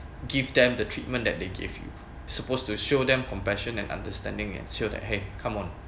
give them the treatment that they give you supposed to show them compassion and understanding and show that !hey! come on